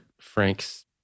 Frank's